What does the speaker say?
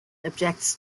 objects